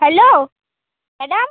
hello madam